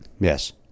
Yes